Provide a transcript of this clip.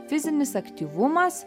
fizinis aktyvumas